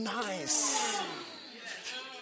nice